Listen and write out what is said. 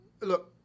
Look